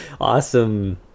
awesome